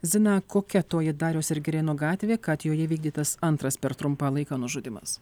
zina kokia toji dariaus ir girėno gatvė kad joje įvykdytas antras per trumpą laiką nužudymas